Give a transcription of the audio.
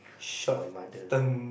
my mother